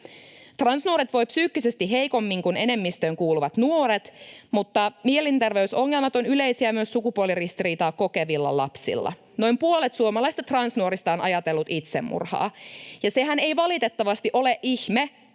Transnuoret voivat psyykkisesti heikommin kuin enemmistöön kuuluvat nuoret, mutta mielenterveysongelmat ovat yleisiä myös sukupuoliristiriitaa kokevilla lapsilla. Noin puolet suomalaisista transnuorista on ajatellut itsemurhaa, ja sehän ei valitettavasti ole ihme,